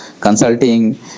consulting